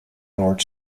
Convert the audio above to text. lord